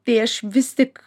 tai aš vis tik